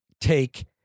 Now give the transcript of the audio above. take